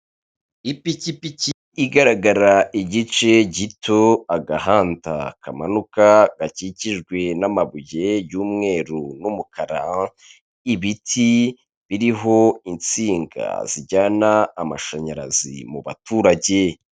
Ipikipiki igaragara igice gito, agahanda kamanuka gakikijwe n'amabuye y'umweru n'umukara, ibiti biriho insinga zijyana amashanyarazi mu baturage.